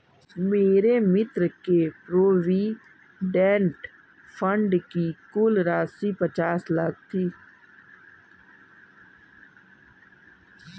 मेरे मित्र के प्रोविडेंट फण्ड की कुल राशि पचास लाख थी